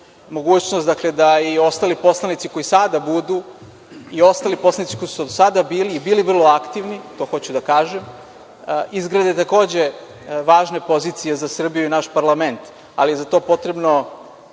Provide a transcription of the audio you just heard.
mogućnost da i ostali poslanici koji sada budu i ostali poslanici koji su do sada bili i bili vrlo aktivni, to hoću da kažem, izgrade takođe važne pozicije za Srbiju i naš parlament, ali je za to potrebno